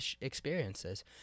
experiences